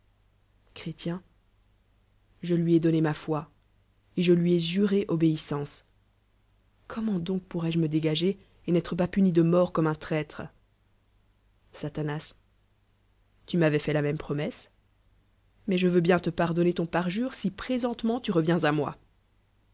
je lui ai don é ma foi et je lui ai juré obéissance comment doncpourrois je me dégager et n'être pas puni de mort comme un tr ttre satan tu m'avois fait la ljlème promesse mais je veux bien te pardonner ton parjure si présentemen tu reviens à moi